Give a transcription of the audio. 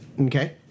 Okay